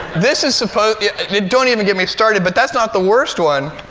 this is supposed don't even get me started. but that's not the worst one.